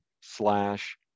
slash